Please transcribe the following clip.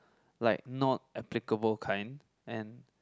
like not applicable kind and